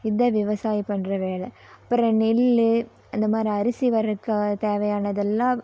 இதான் விவசாயி பண்ணுற வேலை அப்புறம் நெல் அந்த மாதிரி அரிசி வர்றதுக்க தேவையானதெல்லாம்